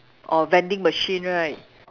or vending machine right